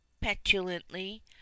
petulantly